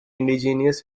indigenous